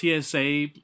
TSA